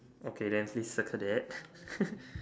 okay then please circle that